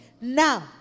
Now